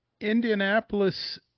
Indianapolis